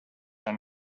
and